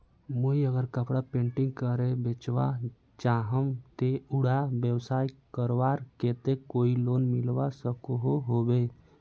मुई अगर कपड़ा पेंटिंग करे बेचवा चाहम ते उडा व्यवसाय करवार केते कोई लोन मिलवा सकोहो होबे?